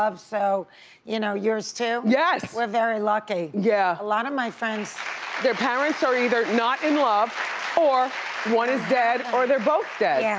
so you know yours too? yes. we're very lucky. yeah a lot of my friends their parents are either not in love or one is dead, or they're both dead. yeah